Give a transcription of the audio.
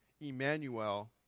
Emmanuel